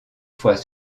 fois